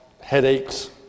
headaches